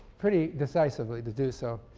pretty decisively to do so.